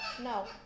no